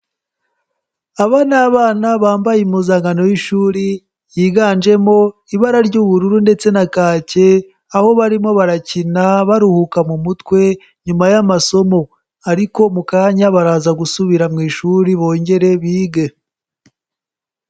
Aba ni abana bambaye impuzankano y'ishuri, yiganjemo ibara ry'ubururu ndetse na kake, aho barimo barakina baruhuka mu mutwe nyuma y'amasomo. Ariko mu kanya baraza gusubira mu ishuri bongere bige.